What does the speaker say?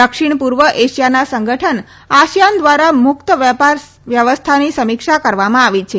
દક્ષિણ પૂર્વ એશિયાના સંગઠન આસિયાન દ્વારા મુક્ત વેપાર વ્યવસ્થાની સમીક્ષા કરવામાં આવી છે